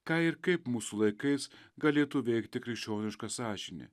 ką ir kaip mūsų laikais galėtų veikti krikščioniška sąžinė